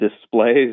displays